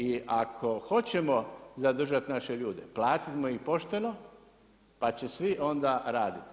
I ako hoćemo zadržati naše ljude, platit mu ih pošteno, pa će svi onda raditi.